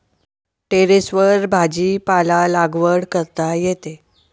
टेरेसवर भाजीपाला लागवड करता येते